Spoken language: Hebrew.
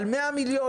על 100 מיליון,